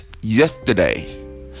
yesterday